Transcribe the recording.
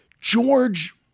George